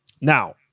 Now